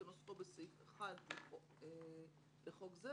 כנוסחו בסעיף 1 לחוק זה,